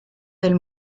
del